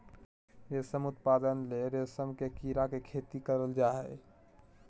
रेशम उत्पादन ले रेशम के कीड़ा के खेती करल जा हइ